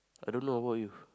I don't know what about you